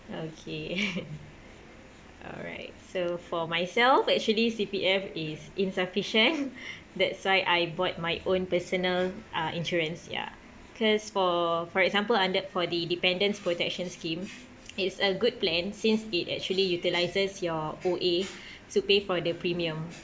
okay alright so for myself actually C_P_F is insufficient that's why I bought my own personal uh insurance ya cause for for example under for the dependents' protection scheme it's a good plan since it actually utilises your O_A to pay for the premium